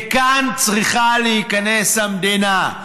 וכאן צריכה להיכנס המדינה.